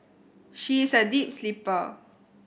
she is a deep sleeper